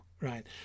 Right